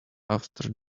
after